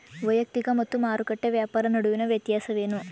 ವೈಯಕ್ತಿಕ ಮತ್ತು ಮಾರುಕಟ್ಟೆ ವ್ಯಾಪಾರ ನಡುವಿನ ವ್ಯತ್ಯಾಸವೇನು?